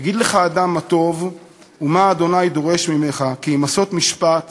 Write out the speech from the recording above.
"הִגיד לך אדם מה טוב ומה ה' דורש ממך כי אם עשות משפט